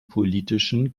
politischen